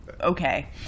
okay